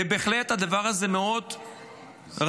ובהחלט הדבר הזה מאוד ראוי,